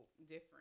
different